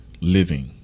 living